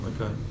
Okay